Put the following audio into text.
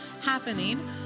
happening